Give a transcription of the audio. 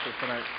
tonight